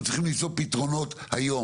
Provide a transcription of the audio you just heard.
אנחנו צריכים למצוא פתרונות היום,